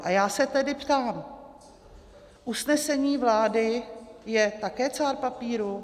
A já se tedy ptám: usnesení vlády je také cár papíru?